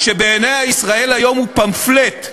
שבעיניה "ישראל היום" הוא פמפלט,